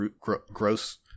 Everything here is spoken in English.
gross